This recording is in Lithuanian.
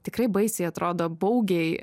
tikrai baisiai atrodo baugiai